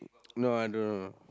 no I don't know